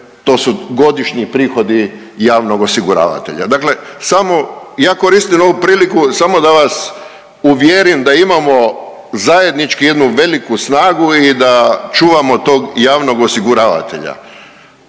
to su godišnji prihodi javnog osiguravatelja. Dakle, samo, ja koristim ovu priliku samo da vas uvjerim da imamo zajednički jednu veliku snagu i da čuvamo tog javnog osiguravatelja.